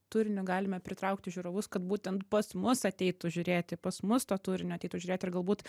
turiniu galime pritraukti žiūrovus kad būtent pas mus ateitų žiūrėti pas mus to turinio ateitų žiūrėti ir galbūt